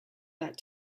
that